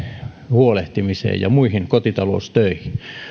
huolehtimiseen ja muihin kotitaloustöihin